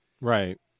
Right